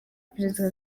perezida